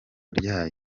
ryayo